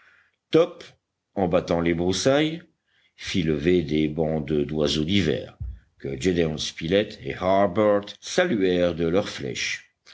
top en battant les broussailles fit lever des bandes d'oiseaux divers que gédéon spilett et harbert saluèrent de leurs flèches